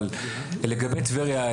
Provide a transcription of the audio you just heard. אבל לגבי טבריה,